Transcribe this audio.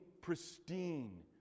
pristine